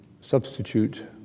substitute